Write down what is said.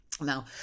Now